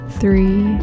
three